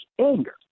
anger